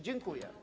Dziękuję.